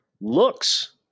looks